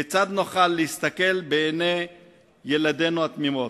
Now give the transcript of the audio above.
כיצד נוכל להסתכל בעיני ילדינו התמימות,